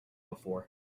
before